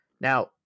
Now